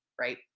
right